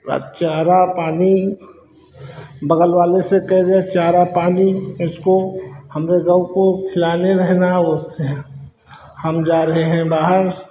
अब चारा पानी बगल वाले से कह दे चारा पानी उसको हमरे गौ को खिला देना उससे हम जा रहे हैं बाहर